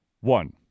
one